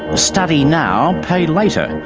ah study now, pay later.